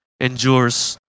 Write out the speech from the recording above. endures